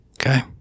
Okay